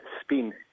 spin